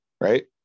right